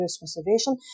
conservation